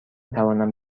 توانم